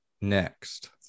next